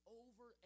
over